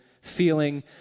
feeling